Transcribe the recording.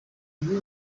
ibi